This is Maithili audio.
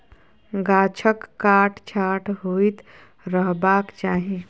गाछक काट छांट होइत रहबाक चाही